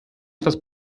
etwas